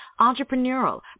entrepreneurial